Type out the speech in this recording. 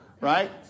Right